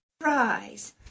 fries